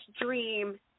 dream